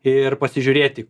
ir pasižiūrėti